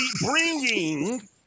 bringing